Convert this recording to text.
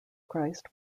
christ